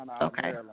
Okay